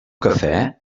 cafè